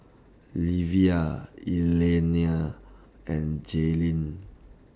Livia Elliania and Jaelyn